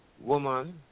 woman